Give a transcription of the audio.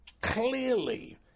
clearly